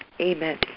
Amen